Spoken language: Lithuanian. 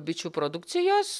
bičių produkcijos